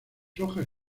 hojas